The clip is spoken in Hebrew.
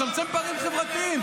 לצמצם פערים חברתיים.